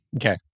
Okay